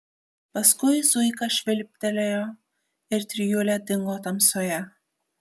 paskui zuika švilptelėjo ir trijulė dingo tamsoje